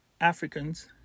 Africans